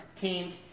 team's